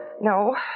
no